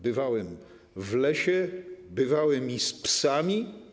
Bywałem w lesie, bywałem i z psami.